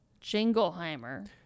Jingleheimer